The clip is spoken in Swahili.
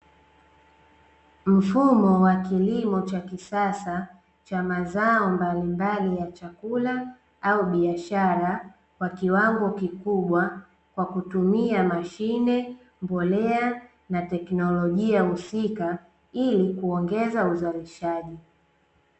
Mfumo wa kilimo cha kisasa cha mazao mbalimbali ya chakula au biashara kwa kiwango kikubwa kwa kutumia mashine, mbolea, na teknolojia husika ili kuongeza uzalishaji.